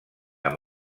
amb